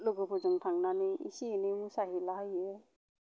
लोगोफोरजों थांनानै एसे एनै मोसाहैला हैयो